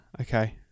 Okay